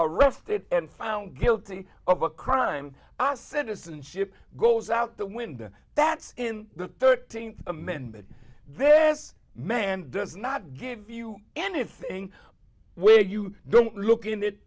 rrested and found guilty of a crime us citizenship goes out the window that's in the thirteenth amendment then this man does not give you anything where you don't look in it